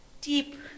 deep